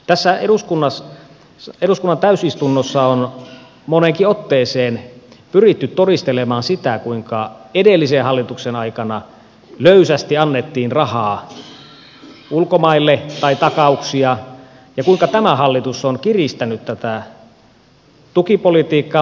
tässä eduskunnan täysistunnossa on moneenkin otteeseen pyritty todistelemaan sitä kuinka edellisen hallituksen aikana löysästi annettiin rahaa takauksia ulkomaille ja kuinka tämä hallitus on kiristänyt tätä tukipolitiikkaa merkittävästi